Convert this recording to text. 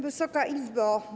Wysoka Izbo!